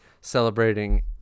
celebrating